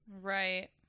right